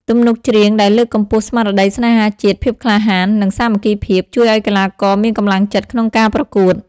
ទំនុកច្រៀងដែលលើកកម្ពស់ស្មារតីស្នេហាជាតិ ភាពក្លាហាន និងសាមគ្គីភាព ជួយឲ្យកីឡាករមានកម្លាំងចិត្តក្នុងការប្រកួត។